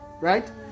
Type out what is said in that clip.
right